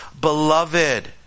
beloved